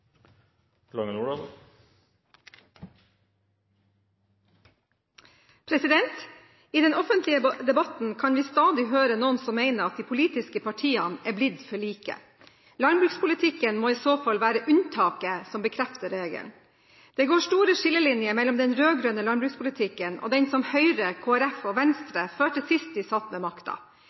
fjor. I den offentlige debatten kan vi stadig høre noen som mener at de politiske partiene har blitt for like. Landbrukspolitikken må i så fall være unntaket som bekrefter regelen. Det går store skillelinjer mellom den rød-grønne landbrukspolitikken og den som Høyre, Kristelig Folkeparti og Venstre førte sist de satt med